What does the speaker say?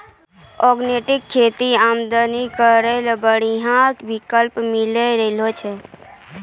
organic खेती आमदनी केरो बढ़िया विकल्प बनी रहलो छै